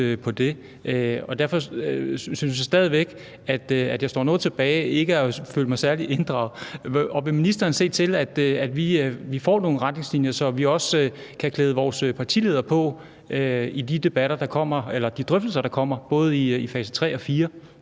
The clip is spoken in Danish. Derfor synes jeg stadig, at jeg står tilbage med en følelse af ikke at være særlig inddraget. Vil ministeren se til, at vi får nogle retningslinjer, så vi også kan klæde vores partiledere på i de drøftelser, der kommer, både i fase tre og